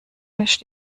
mischt